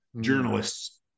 journalists